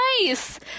nice